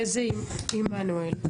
שלום.